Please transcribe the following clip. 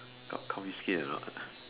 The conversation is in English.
got confiscate or not